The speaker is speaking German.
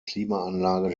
klimaanlage